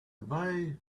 via